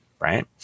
right